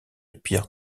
pierre